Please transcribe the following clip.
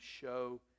show